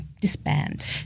disband